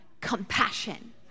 compassion